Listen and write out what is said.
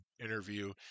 interview